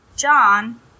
John